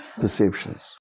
Perceptions